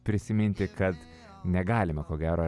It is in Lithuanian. prisiminti kad negalima ko gero